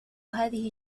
هذه